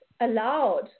allowed